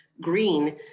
green